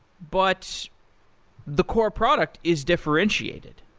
but the core product is differentiated.